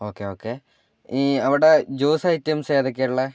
okay okay ഈ അവിടെ juice items ഏതൊക്കെയാണ് ഉള്ളത്